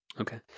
Okay